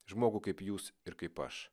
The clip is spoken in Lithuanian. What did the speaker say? žmogų kaip jūs ir kaip aš